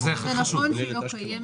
זה נכון שהיא לא קיימת.